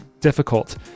difficult